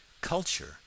Culture